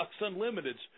Unlimited's